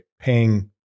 paying